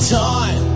time